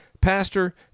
pastor